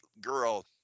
girl